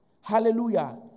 Hallelujah